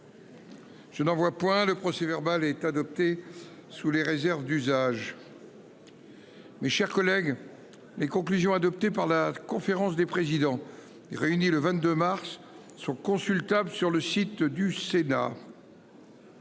Je n'en vois point le procès verbal est adopté sous les réserves d'usage. Mes chers collègues. Les conclusions adoptées par la conférence des présidents réunis le 22 mars sont consultables sur le site du Sénat.